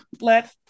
let